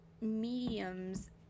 mediums